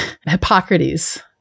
Hippocrates